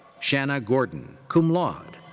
shanna gordon, cum laude.